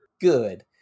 Good